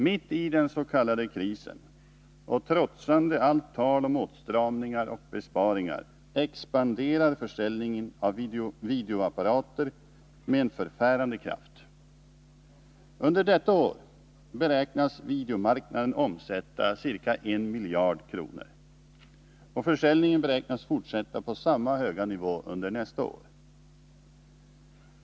Mitt i den s.k. krisen, och trotsande allt tal om åtstramningar och besparingar, expanderar försäljningen av videoapparater med en förfärande kraft. Under detta år beräknas videomarknaden omsätta ca 1 miljard kronor. Och försäljningen beräknas fortsätta på samma höga nivå under nästa år.